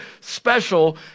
special